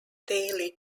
daily